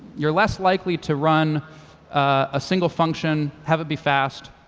you're less likely to run a single function, have it be fast,